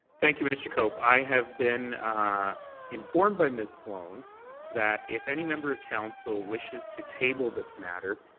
thank you, mr. cope. i have been informed by ms. sloan that if any member of council wishes to table this matter,